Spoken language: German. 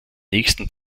nächsten